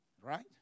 right